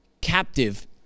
captive